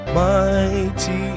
mighty